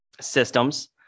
systems